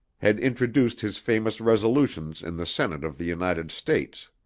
had introduced his famous resolutions in the senate of the united states.